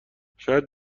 شاید